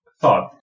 thought